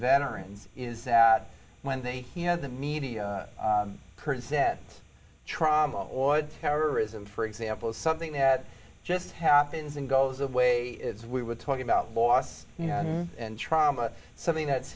veterans is that when they had the media present trauma oid terrorism for example is something that just happens and goes away as we were talking about loss and trauma something that's